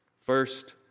First